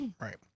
right